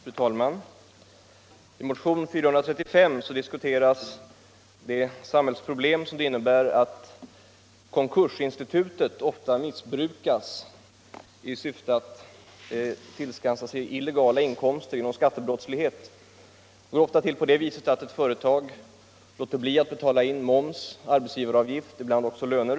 Fru talman! I motionen 435 diskuteras det samhällsproblem som följer av att konkursinstitutet ofta missbrukas i syfte att tillskansa sig illegala inkomster genom skattebrottslighet. Det kan gå till på det viset att ett företag låter bli att betala in moms, arbetsgivaravgift och ibland också löner.